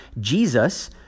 Jesus